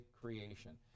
creation